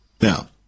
Now